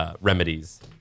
remedies